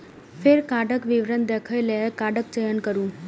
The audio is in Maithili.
फेर कार्डक विवरण देखै लेल कार्डक चयन करू